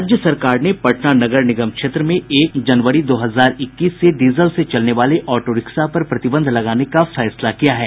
राज्य सरकार ने पटना नगर निगम क्षेत्र में एक जनवरी दो हजार इक्कीस से डीजल से चलने वाले ऑटोरिक्शा पर प्रतिबंध लगाने का फैसला किया है